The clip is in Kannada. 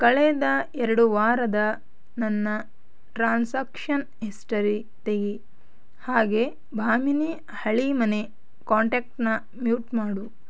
ಕಳೆದ ಎರಡು ವಾರದ ನನ್ನ ಟ್ರಾನ್ಸಾಕ್ಷನ್ ಹಿಸ್ಟರಿ ತೆಗಿ ಹಾಗೇ ಭಾಮಿನಿ ಹಳೀಮನೆ ಕಾಂಟ್ಯಾಕ್ಟನ್ನ ಮ್ಯೂಟ್ ಮಾಡು